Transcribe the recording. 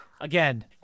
Again